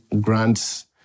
grants